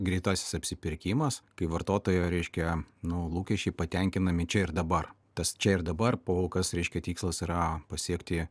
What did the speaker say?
greitasis apsipirkimas kai vartotojo reiškia nu lūkesčiai patenkinami čia ir dabar tas čia ir dabar pakol kas reiškia tikslas yra pasiekti